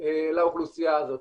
לאוכלוסייה הזאת.